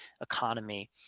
economy